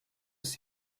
ist